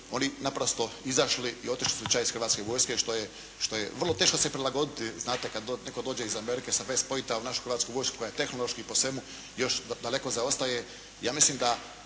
oni naprosto izašli i otišli su ća iz Hrvatske vojske što je vrlo teško se prilagoditi, znate kada netko dođe iz Amerike sa west …/Govornik se ne razumije./… u našu Hrvatsku vojsku koja je tehnološki i po svemu još daleko zaostaje. Ja mislim da